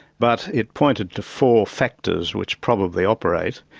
but it pointed to four factors which probably operate.